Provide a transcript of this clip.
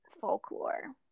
folklore